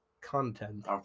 Content